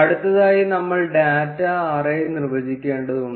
അടുത്തതായി നമ്മൾ data array നിർവ്വചിക്കേണ്ടതുണ്ട്